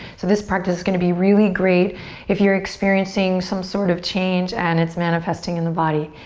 so this practice is gonna be really great if you're experiencing some sort of change and it's manifesting in the body.